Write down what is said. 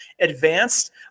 advanced